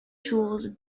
tools